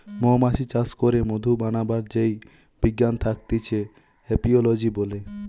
মৌমাছি চাষ করে মধু বানাবার যেই বিজ্ঞান থাকতিছে এপিওলোজি বলে